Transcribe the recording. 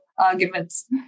arguments